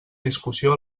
discussió